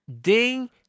Ding